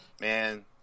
man